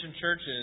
churches